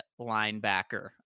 linebacker